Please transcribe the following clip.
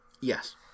Yes